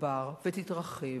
תגבר ותתרחב,